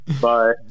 Bye